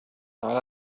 على